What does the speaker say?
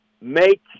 make